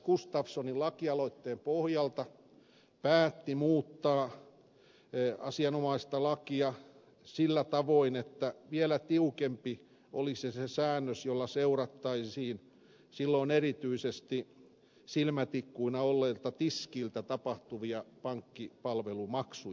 gustafssonin lakialoitteen pohjalta päätti muuttaa asianomaista lakia sillä tavoin että vielä tiukempi olisi se säännös jolla seurattaisiin silloin erityisesti silmätikkuina olleita tiskeiltä tapahtuvia pankkipalvelumaksuja